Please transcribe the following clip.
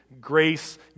Grace